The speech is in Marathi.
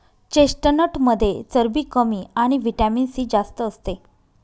चेस्टनटमध्ये चरबी कमी आणि व्हिटॅमिन सी जास्त असते